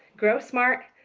grow smart.